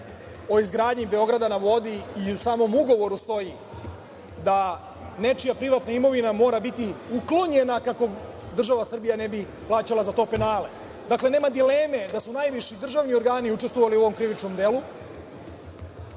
o izgradnji „Beograda na vodi“ i u samom ugovoru stoji da nečija privatna imovina mora biti uklonjena kako država Srbija ne bi plaćala za to penale. Dakle, nema dileme da su najviši državni organi učestvovali u ovom krivičnom